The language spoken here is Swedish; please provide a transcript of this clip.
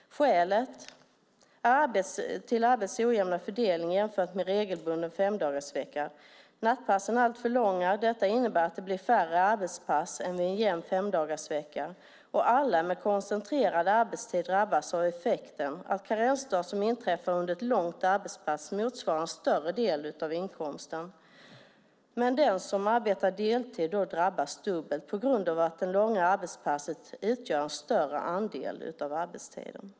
Skälet till arbetets ojämna fördelning jämfört med regelbunden femdagarsvecka är att nattpassen är alltför långa. Detta innebär att det blir färre arbetspass än i en jämn femdagarsvecka. Alla med koncentrerad arbetstid drabbas av effekten att en karensdag som inträffar under ett långt arbetspass motsvarar en större del av inkomsten. Men den som arbetar deltid drabbas dubbelt på grund av att det långa arbetspasset utgör en större andel av arbetstiden.